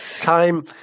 Time